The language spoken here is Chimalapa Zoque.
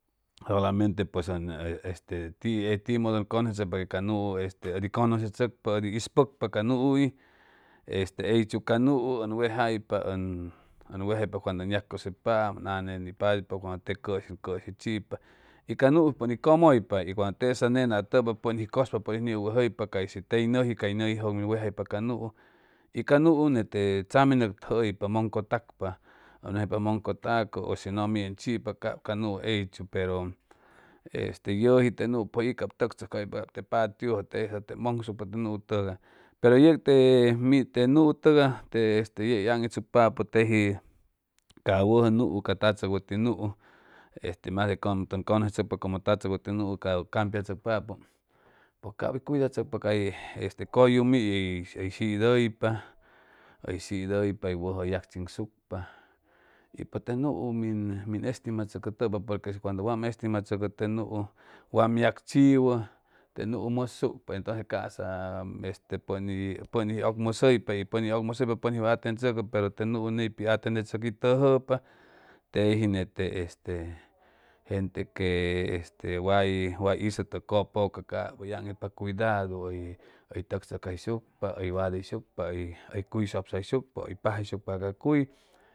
Solamente pues bg este tio modd ug cogosetsucpa que ca guo gu cogosetsucpa odd ispocpa ca guo ellchu ca guois bg wejaypa bg wejaypa wongdo bg yacosupaam age ajpaduypa wongdo tej cosh eshj, ehjpa y ca guo pan t comeypa t wongdo tesa enga atopa pon is cospa pon is giwvejaypa si tej guo ca guo jujuo bm wejaypa ca guo tesa guo gete tsame noctojopa mongtolcopa t gomajapa mogotaco bshi go mid bg chipa cab ca guo ellchu pero este guo tesa mongospa cab te toscajopa tanjugo tesa mongospa guo togar pero jec te guo togay t es oy itsucpapo tej ca wojo guo ca totsoc wot guo este mas de cogosetsucpa te ca totsoc wojo cab damjotoscopa pues cab bg cydalsucpaj ca este cojum shidjopa bj shidjopa bj wojo yacchisucpa t pueste guo pues mj estimatsucpa por que cungo wom estimatsucpa le wom wong tadechiwo le guo msuspa entonces cosa coeste pon is pon is cmsusopa pon is wa atendetsocco pero te gu ngcpj atendetsoccj togo tej jente este gojte que que est gojay istuto copeca cab bj ajtlpa cujdadu bj ot loc toscajucpa oy wadojshucpa oj cuj sopasjshucpa t pajajucpa ca cuj.